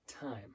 time